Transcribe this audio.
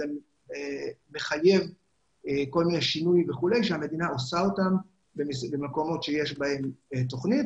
זה מחייב כל מיני שינויים שהמדינה עושה במקומות בהם יש תוכנית.